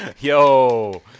Yo